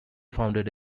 founded